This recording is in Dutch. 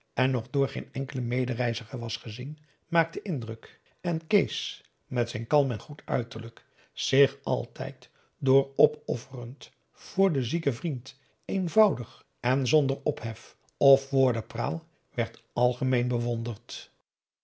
en nog door geen enkelen medereiziger was gezien maakte indruk en kees met zijn kalm en goed uiterlijk zich altijd door opofferend voor den zieken vriend eenvoudig en zonder ophef of woordenpraal werd algemeen bewonderd